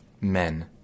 Men